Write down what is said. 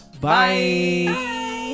bye